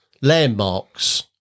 landmarks